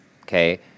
okay